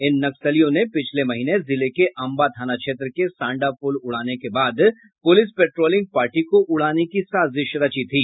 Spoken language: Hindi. इन नक्सलियों ने पिछले महीने जिले के अंबा थाना क्षेत्र के सांडा पुल उड़ाने के बाद पुलिस पेट्रोलिंग पार्टी को उड़ाने की साजिश रची थी